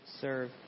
serve